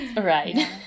Right